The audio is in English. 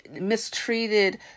mistreated